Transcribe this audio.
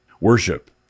Worship